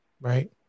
right